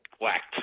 whacked